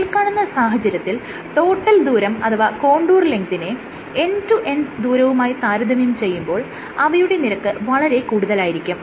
മേല്കാണുന്ന സാഹചര്യത്തിൽ ടോട്ടൽ ദൂരം അഥവാ കോൺടൂർ ലെങ്ത്തിനെ എൻഡ് ടു എൻഡ് ദൂരവുമായി താരതമ്യം ചെയ്യുമ്പോൾ അവയുടെ നിരക്ക് വളരെ കൂടുതലായിരിക്കും